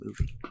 movie